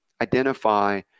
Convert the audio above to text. identify